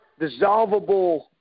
dissolvable